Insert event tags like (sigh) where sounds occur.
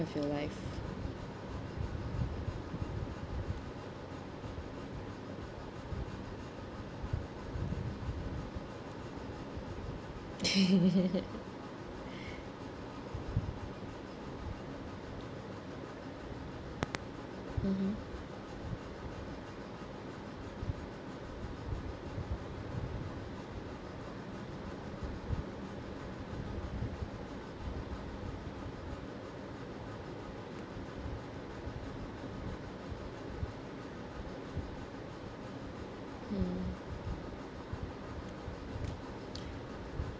of your life (laughs) mmhmm mm